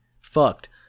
fucked